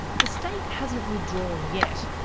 the state hasn't withdrawn yet,